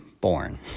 born